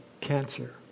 cancer